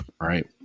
right